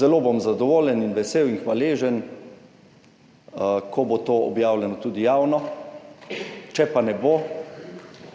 Zelo bom zadovoljen, vesel in hvaležen, ko bo to objavljeno tudi javno, če pa ne bo,